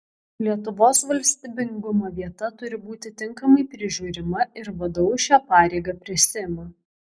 lietuvos valstybingumo vieta turi būti tinkamai prižiūrima ir vdu šią pareigą prisiima